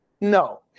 No